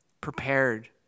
prepared